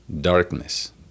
darkness